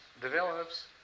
develops